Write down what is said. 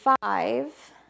five